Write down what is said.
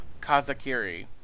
Kazakiri